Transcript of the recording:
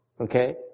okay